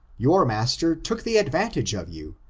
your master took the advantage of you,